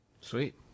Sweet